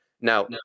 Now